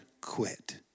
quit